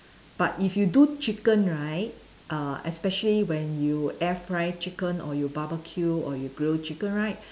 but if you do chicken right err especially when you air fry chicken or you barbecue or you grill chicken right